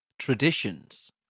Traditions